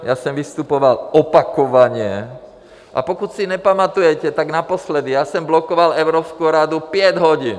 Já jsem vystupoval opakovaně, a pokud si nepamatujete, tak naposledy jsem blokoval Evropskou radu pět hodin.